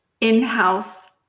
in-house